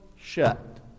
shut